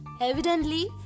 Evidently